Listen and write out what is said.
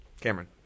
Cameron